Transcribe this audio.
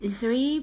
it's already